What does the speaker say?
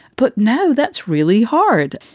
but no, that's really hard.